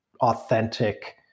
authentic